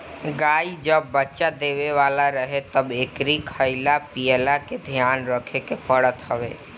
गाई जब बच्चा देवे वाला रहे तब एकरी खाईला पियला के ध्यान रखे के पड़त हवे